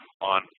on